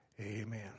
Amen